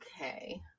okay